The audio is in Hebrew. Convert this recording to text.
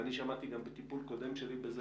ואני שמעתי גם בטיפול קודם שלי בזה,